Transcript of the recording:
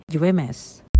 UMS